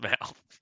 mouth